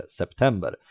september